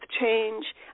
change